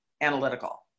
analytical